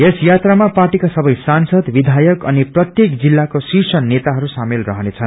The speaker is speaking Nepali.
यस यात्रामा पार्टीका सबै सांसद विघायक अनि प्रत्येक जिल्लाको शीर्ष नेताहरू शामेल रहनेछन्